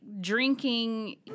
drinking